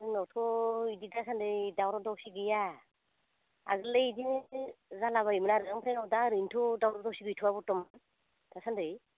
जोंनावथ' इदि दासान्दि दावराव दावसि गैया आगोललाय इदिनो जालाबाययोमोन आरो आमफ्राय दा ओरैनोथ' दावराव दावसि गैथ'आ बरथ'मान दासान्दि